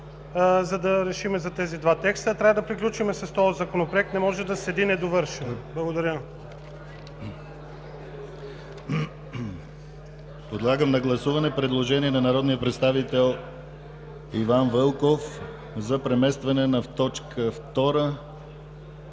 за да решим за тези два текста, а трябва да приключим с този Законопроект. Не може да седи недовършен. Благодаря. ПРЕДСЕДАТЕЛ ДИМИТЪР ГЛАВЧЕВ: Подлагам на гласуване предложението на народния представител Иван Вълков за преместване на точка втора,